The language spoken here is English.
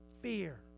fear